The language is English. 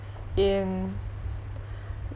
in